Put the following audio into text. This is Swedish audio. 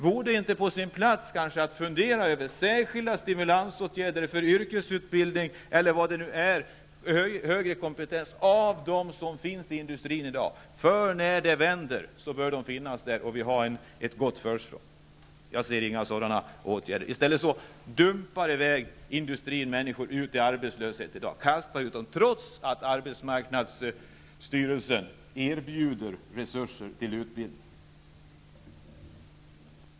Vore det inte på sin plats att fundera över särskilda stimulansåtgärder för att öka kompetensen hos dem som i dag är verksamma i industrin? När konjunkturen vänder, bör de finnas kvar i industrin, för i så fall har vi ett gott försprång. Men jag ser inga sådana åtgärder. I stället dumpar industrin människor ut i arbetslöshet, trots att arbetsmarknadsstyrelsen erbjuder resurser till utbildning.